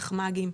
תחמ"גים.